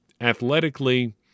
athletically